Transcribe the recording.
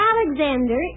Alexander